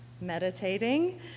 meditating